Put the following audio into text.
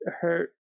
hurt